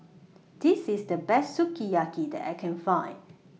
This IS The Best Sukiyaki that I Can Find